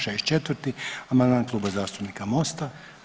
64. amandman Kluba zastupnika MOST-a.